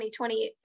2020